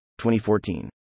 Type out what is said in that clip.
2014